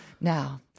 Now